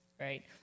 right